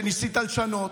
שניסית לשנות,